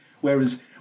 Whereas